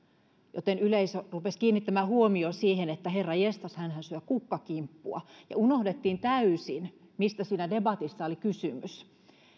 joten yleisö rupesi kiinnittämään huomiota siihen että herranjestas hänhän syö kukkakimppua ja unohdettiin täysin mistä siinä debatissa oli kysymys